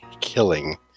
killing